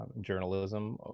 journalism